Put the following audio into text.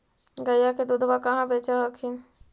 गया के दूधबा कहाँ बेच हखिन?